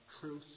Truth